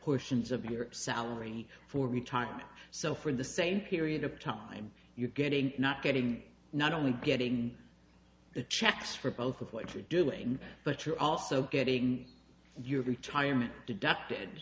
portions of your salary for retirement so for the same period of time you're getting not getting not only getting the checks for both of what you're doing but you're also getting your retirement deducted